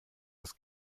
das